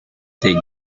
they